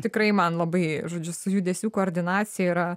tikrai man labai žodžiu su judesių koordinacija yra